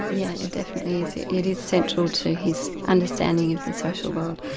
yeah it definitely is. it it is central to his understanding of the social world.